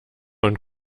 und